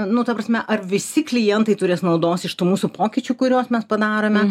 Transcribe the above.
nu ta prasme ar visi klientai turės naudos iš tų mūsų pokyčių kuriuos mes padarome